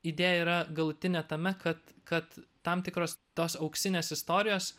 idėja yra galutinė tame kad kad tam tikros tos auksinės istorijos